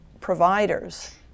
providers